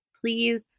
please